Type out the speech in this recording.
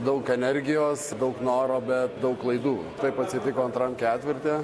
daug energijos daug noro bet daug klaidų taip atsitiko antram ketvirty